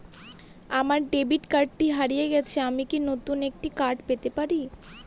আমার ডেবিট কার্ডটি হারিয়ে গেছে আমি কি নতুন একটি কার্ড পেতে পারি?